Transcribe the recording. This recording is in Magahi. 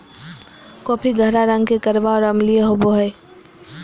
कॉफी गहरा रंग के कड़वा और अम्लीय होबो हइ